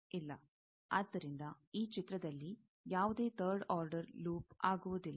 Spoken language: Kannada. ಇಲ್ಲ ಆದ್ದರಿಂದ ಈ ಚಿತ್ರದಲ್ಲಿ ಯಾವುದೇ ಥರ್ಡ್ ಆರ್ಡರ್ ಲೂಪ್ ಆಗುವುದಿಲ್ಲ